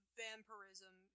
vampirism